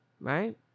Right